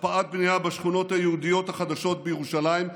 הקפאת בנייה בשכונות היהודיות החדשות בירושלים,